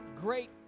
great